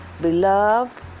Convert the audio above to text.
Beloved